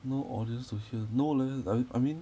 no audience to hear no leh I I mean